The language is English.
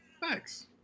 Thanks